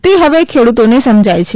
તે હવે ખેડુતોને સમજાય છે